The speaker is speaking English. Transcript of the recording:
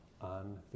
on